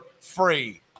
free